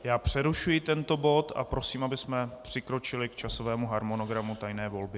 Já přerušuji tento bod a prosím, abychom přikročili k časovému harmonogramu tajné volby.